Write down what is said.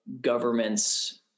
governments